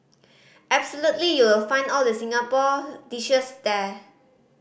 absolutely you will find all the Singaporean dishes there